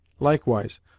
Likewise